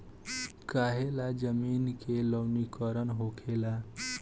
काहें ला जमीन के लवणीकरण होखेला